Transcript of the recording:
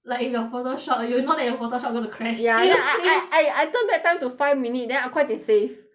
like if your photoshop you know that your photoshop gonna crash ya then you save I I I I turn back time to five minute then I 快点 save